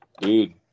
dude